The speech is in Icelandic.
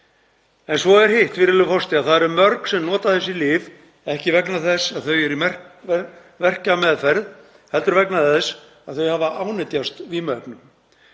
En svo er hitt, virðulegur forseti, að það eru mörg sem nota þessi lyf, ekki vegna þess að þau eru í verkjameðferð heldur vegna þess að þau hafa ánetjast vímuefnum.